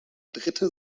dritte